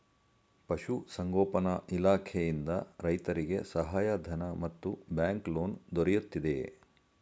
ಪಶು ಸಂಗೋಪನಾ ಇಲಾಖೆಯಿಂದ ರೈತರಿಗೆ ಸಹಾಯ ಧನ ಮತ್ತು ಬ್ಯಾಂಕ್ ಲೋನ್ ದೊರೆಯುತ್ತಿದೆಯೇ?